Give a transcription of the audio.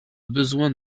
besoin